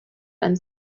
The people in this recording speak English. and